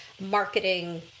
marketing